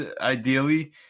ideally